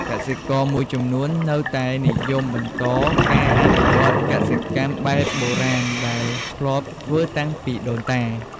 កសិករមួយចំនួននៅតែនិយមបន្តការអនុវត្តកសិកម្មបែបបុរាណដែលធ្លាប់ធ្វើតាំងពីដូនតា។